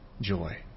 joy